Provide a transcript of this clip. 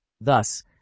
Thus